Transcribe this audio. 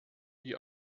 die